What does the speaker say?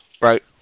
Right